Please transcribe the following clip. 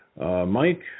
Mike